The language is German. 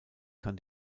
kann